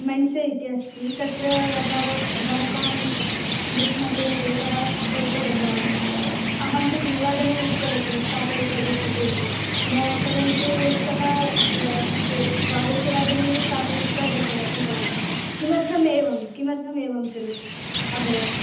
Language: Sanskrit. मेण्से इति अस्ति तत्र भव भवतां ग्रुप् मध्ये एकः स्थापयित्वा गतवान् अहं तु त्रिवादने उक्तवती स्थापयित्वा गच्छतु इति परन्तु सः ए द्वादशवादने एव स्थापयित्वा गतवा गतवान् किमर्थम् एवं किमर्थम् एवं चलति अभवत्